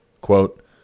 Quote